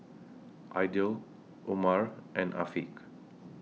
Aidil Umar and Afiq